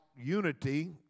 unity